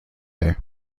day